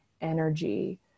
energy